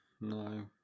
no